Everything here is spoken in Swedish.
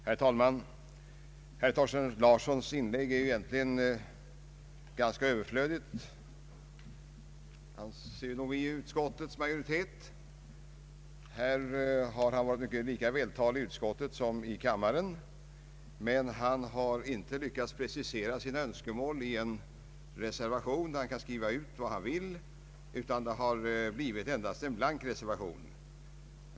Herr talman! Herr Thorsten Larssons inlägg är egentligen ganska överflödigt, det anser vi nog ganska allmänt bland utskottets majoritet. Han har varit lika vältalig i utskottet som här i kammaren, men han har inte lyckats precisera sina önskemål i en reservation där han kunnat skriva ut vad det är han vill, utan han har endast avgivit en blank reservation.